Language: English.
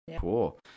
Cool